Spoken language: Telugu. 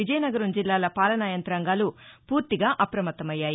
విజయనగరం జిల్లాల పాలనాయంతాంగాలు పూర్తిగా అప్రమత్తమయ్యాయి